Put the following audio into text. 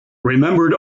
remembered